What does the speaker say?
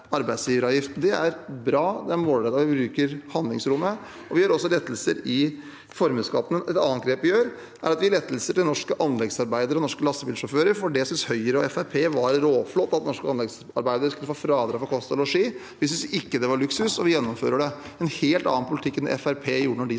Det er bra, det er målrettet, og vi bruker handlingsrommet. Vi gir også lettelser i formuesskatten. Et annet grep vi gjør, er å gi lettelser til norske anleggsarbeidere og norske lastebilsjåfører. Det syntes Høyre og Fremskrittspartiet var råflott, at norske anleggsarbeidere skulle få fradrag for kost og losji. Vi syntes ikke det var luksus, og vi gjennomfører det – en helt annen politikk enn den